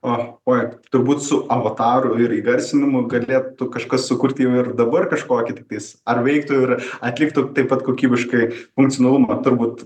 o o turbūt su avataru ir įgarsinimu galėtų kažką sukurti ir dabar kažkokį tiktais ar veiktų ir atliktų taip pat kokybiškai funkcionalumą turbūt